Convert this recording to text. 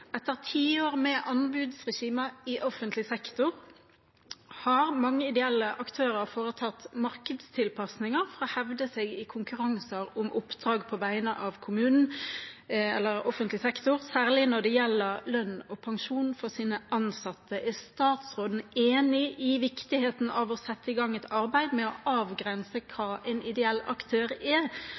foretatt markedstilpasninger for å hevde seg i konkurranser om oppdrag, særlig når det gjelder lønn og pensjon for sine ansatte. Er statsråden enig i viktigheten av å sette i gang et arbeid med å avgrense hva en ideell aktør er,